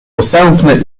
posępny